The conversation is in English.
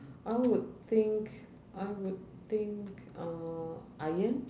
I would think I would think uh iron